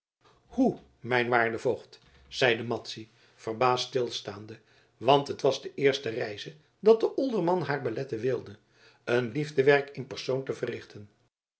hoe mijn waarde voogd zeide madzy verbaasd stilstaande want het was de eerste reize dat de olderman haar beletten wilde een liefdewerk in persoon te verrichten